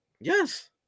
Yes